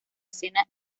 escena